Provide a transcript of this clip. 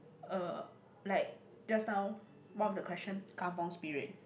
uh like just now one of the question kampung Spirit